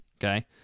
okay